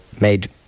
made